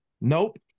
Nope